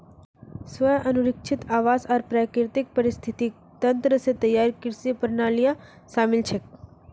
स्व अनुरक्षित आवास आर प्राकृतिक पारिस्थितिक तंत्र स तैयार कृषि प्रणालियां शामिल छेक